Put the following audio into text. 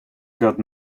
got